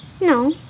No